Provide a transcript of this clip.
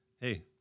hey